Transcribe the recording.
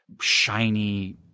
shiny